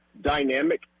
dynamic